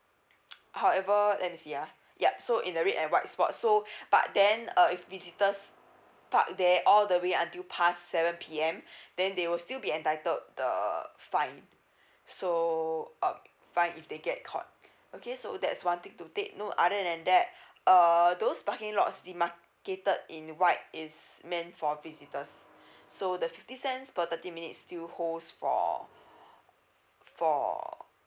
however let me see uh yup so in the red and white spot so but then uh if visitors park there all the way until pass seven P_M then they will still be entitled to the fine so um fine if they get caught okay so that's one thing to take note other than that uh those parking lot catered in white is main for visitors so the fifty cents per thirty minutes still hold for for